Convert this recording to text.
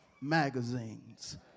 magazines